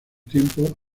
tiempo